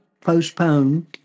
postpone